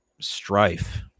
strife